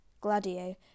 Gladio